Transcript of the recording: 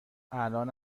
الان